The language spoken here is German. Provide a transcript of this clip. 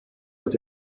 wird